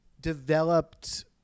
developed